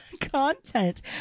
Content